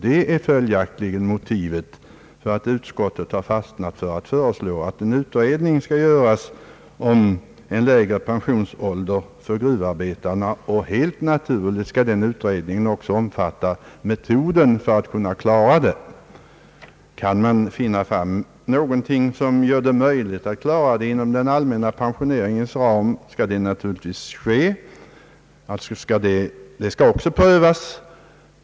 Det är följaktligen motivet för att utskottet har stannat för att föreslå att en utredning skall göras om lägre pensionsålder för gruvarbetarna. Helt naturligt skall den utredningen också omfatta metoden för att finansiera en sådan sänkning. Kan man finna någon möjlighet att klara det inom den allmänna pensioneringens ram, skall det naturligtvis ske. Den frågan skall också prövas.